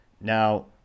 Now